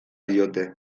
diote